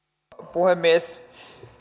puhemies